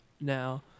now